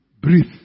Breathe